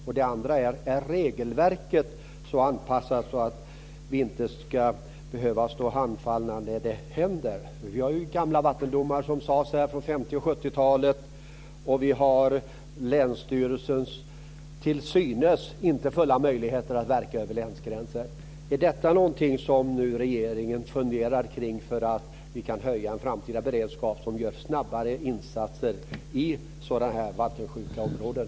Sedan undrar jag om regelverket är så anpassat att vi inte ska behöva stå handfallna när det händer. Vi har ju gamla vattendomar, som sades, från 50 och 70-talet, och vi har länsstyrelsens till synes inte fulla möjligheter att verka över länsgränser. Är detta någonting som regeringen nu funderar kring för att vi ska kunna höja en framtida beredskap, så att vi kan göra snabbare insatser i sådana här vattensjuka områden?